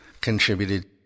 contributed